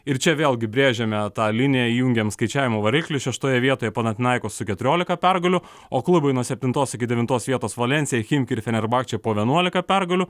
ir čia vėlgi brėžiame tą liniją įjungiam skaičiavimų variklius šeštoje vietoje panathinaikos su keturiolika pergalių o klubai nuo septintos iki devintos vietos valensija chimki ir fenerbahce po vienuolika pergalių